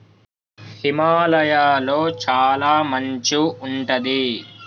హిమాలయ లొ చాల మంచు ఉంటది